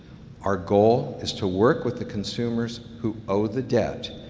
our goal is to work with the consumers who owe the debt,